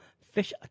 fish